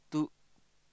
to